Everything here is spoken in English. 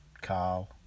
Carl